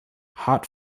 hot